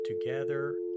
together